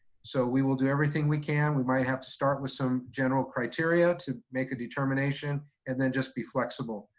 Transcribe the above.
so we will do everything we can, we might have to start with some general criteria to make a determination and then just be flexible,